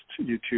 YouTube